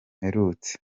mperutse